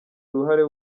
uruhare